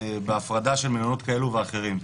בהפרדה של מלונות כאלה ואחרים.